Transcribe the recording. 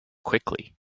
quickly